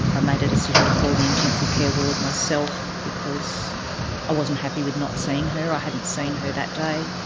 i made a decision to call the intensive care ward myself because i wasn't happy with not seeing her, i hadn't seen her that day,